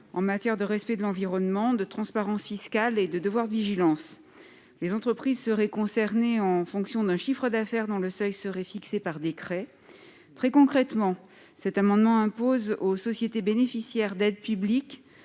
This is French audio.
en matière de respect de l'environnement de transparence fiscale et de devoir de vigilance les entreprises seraient concernées en fonction d'un chiffre d'affaires dans le seuil serait fixé par décret, très concrètement, cet amendement impose aux sociétés bénéficiaires d'aides publiques,